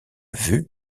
vue